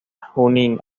junín